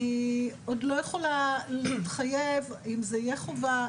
אני עוד לא יכולה להתחייב אם זה יהיה חובה,